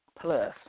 plus